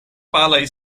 palaj